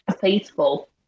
faithful